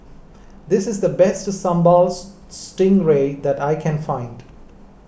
this is the best Sambal Stingray that I can find